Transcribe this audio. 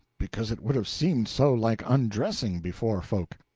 because it would have seemed so like undressing before folk.